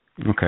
Okay